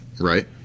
Right